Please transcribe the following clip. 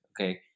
Okay